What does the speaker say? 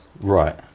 Right